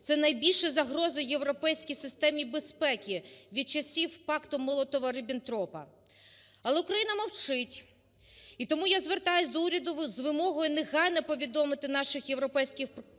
це найбільша загроза європейській системі безпеки від часів пакту Молотова-Ріббентропа. Але Україна мовчить. І тому я звертаюсь до уряду з вимогою негайно повідомити наших європейських партнерів